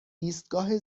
ایستگاه